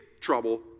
trouble